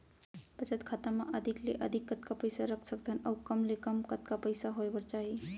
बचत खाता मा अधिक ले अधिक कतका पइसा रख सकथन अऊ कम ले कम कतका पइसा होय बर चाही?